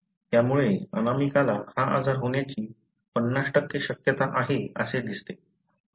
त्यामुळे अनामिकाला हा आजार होण्याची 50 शक्यता आहे असे दिसते